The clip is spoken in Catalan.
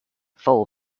fou